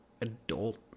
adult